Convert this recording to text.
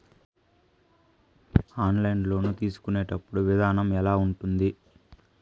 online loan తీసుకునేటప్పుడు విధానం ఎలా ఉంటుంది